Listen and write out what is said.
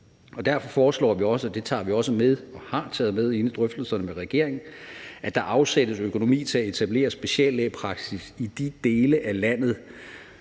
Derfor foreslår vi også – og det tager vi også med og har taget med ind i drøftelserne med regeringen – at der afsættes økonomi til at etablere speciallægepraksis i de dele af landet,